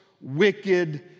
wicked